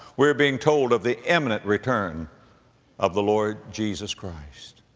we're being told of the imminent return of the lord jesus christ.